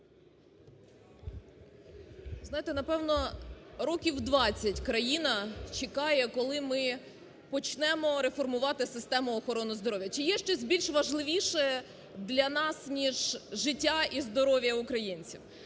Знаєте, напевно, років 20 країна чекає, коли ми почнемо реформувати систему охорони здоров'я. Чи є щось більш важливіше для нас, ніж життя і здоров'я українців?